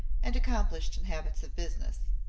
and accomplished in habits of business.